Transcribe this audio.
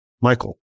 Michael